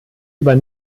über